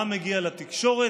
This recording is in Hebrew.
מה מגיע לתקשורת,